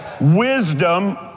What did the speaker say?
Wisdom